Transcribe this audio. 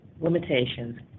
limitations